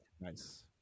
nice